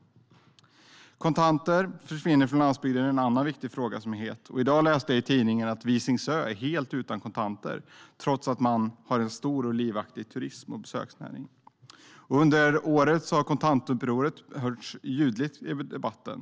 Att kontanterna försvinner från landsbygden är en annan viktig och het fråga. I dag läste jag i tidningen att Visingsö är helt utan kontanter trots att man har en stor och livaktig turism och besöksnäring. Under året har Kontantupproret hörts ljudligt i debatten.